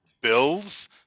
bills